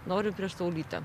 noriu prieš saulytę